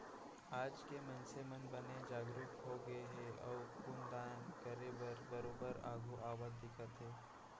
आज के मनसे मन बने जागरूक होगे हे अउ खून दान करे बर बरोबर आघू आवत दिखथे